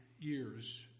years